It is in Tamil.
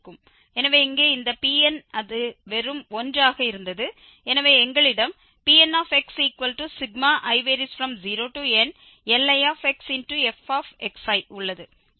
எனவே இங்கே இந்த Pn அது வெறும் 1 ஆக இருந்தது எனவே எங்களிடம் Pnxi0nLixf உள்ளது